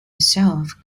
itself